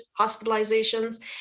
hospitalizations